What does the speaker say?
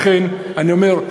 לכן אני אומר,